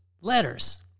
letters